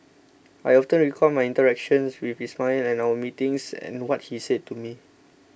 I often recall my interactions with Ismail and our meetings and what he said to me